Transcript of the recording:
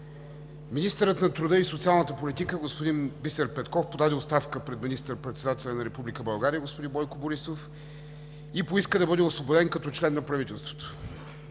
Министърът на труда и социалната политика господин Бисер Петков подаде оставка пред министър-председателя на Република България господин Бойко Борисов и поиска да бъде освободен като член на правителството.